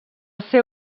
ser